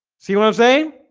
see what i'm saying?